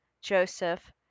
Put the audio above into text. Joseph